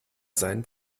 seinen